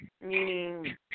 Meaning